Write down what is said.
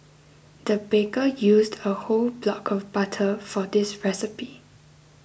the baker used a whole block of butter for this recipe